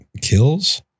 Kills